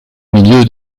milieu